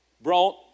brought